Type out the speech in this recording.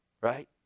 right